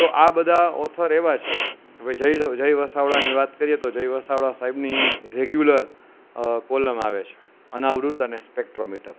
તો આ બધા ઓથર એવા છે હવે જય વસાવડાની વાત કરીએ તો જય વસાવડા સાહેબની રેગ્યુલર કોલમ આવે છે અનાવૃત અને સ્પેક્ટ્રોમીટર